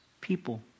people